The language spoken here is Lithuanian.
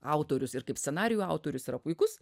autorius ir kaip scenarijų autorius yra puikus